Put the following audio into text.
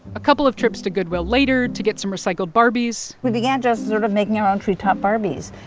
a couple of trips to goodwill later to get some recycled barbies. we began just sort of making our own treetop barbies.